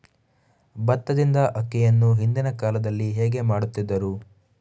ಭತ್ತದಿಂದ ಅಕ್ಕಿಯನ್ನು ಹಿಂದಿನ ಕಾಲದಲ್ಲಿ ಹೇಗೆ ಮಾಡುತಿದ್ದರು?